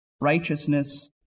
righteousness